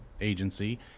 agency